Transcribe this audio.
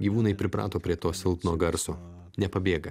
gyvūnai priprato prie to silpno garso nepabėga